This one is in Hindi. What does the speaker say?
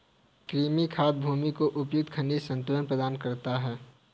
कृमि खाद भूमि को उपयुक्त खनिज संतुलन प्रदान करता है